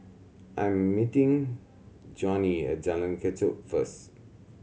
I'm meeting Johnie at Jalan Kechot first